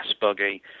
Buggy